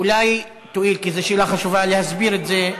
אולי תואיל, כי זו שאלה חשובה, להסביר את זה.